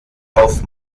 auf